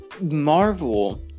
marvel